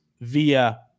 via